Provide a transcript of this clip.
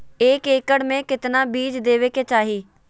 एक एकड़ मे केतना बीज देवे के चाहि?